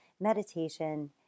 meditation